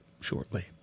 shortly